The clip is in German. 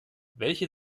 welche